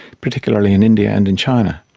particularly in india and in china.